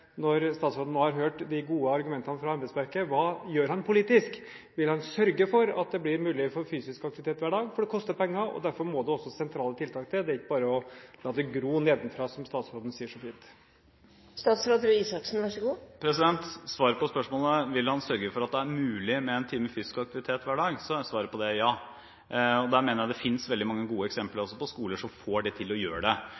når statsråden nå har hørt de gode argumentene fra embetsverket: Hva gjør han politisk? Vil han sørge for at det blir mulighet for fysisk aktivitet hver dag? Det koster penger, og derfor må det også sentrale tiltak til. Det er ikke bare å la det gro nedenfra, som statsråden sier så fint. På spørsmålet om han vil sørge for at det er mulig med en time fysisk aktivitet hver dag, er svaret ja. Jeg mener det fins veldig mange gode eksempler på skoler som får det